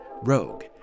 Rogue